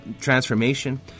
transformation